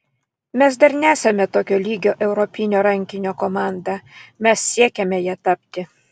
mes dar nesame tokio lygio europinio rankinio komanda mes siekiame ja tapti